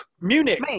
Munich